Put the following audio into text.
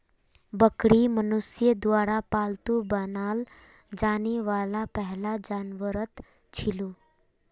बकरी मनुष्यर द्वारा पालतू बनाल जाने वाला पहला जानवरतत छिलो